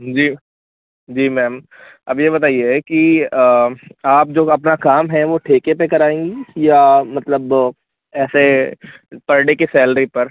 जी जी मैम अब ये बताइए कि आप जो अपना काम है वो ठेके पर कराएँगी या मतलब ऐसे पर डे की सैलरी पर